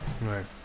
Right